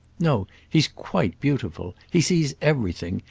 no he's quite beautiful. he sees everything.